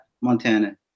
Montana